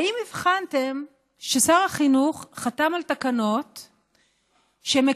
האם הבחנתם ששר החינוך חתם על תקנות שמקבלות,